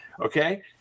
okay